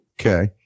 Okay